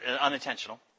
unintentional